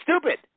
stupid